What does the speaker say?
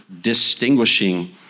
distinguishing